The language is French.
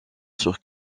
sur